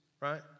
right